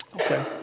Okay